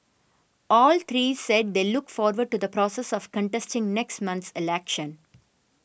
all three said they look forward to the process of contesting next month's election